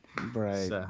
Right